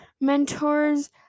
mentors